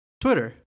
Twitter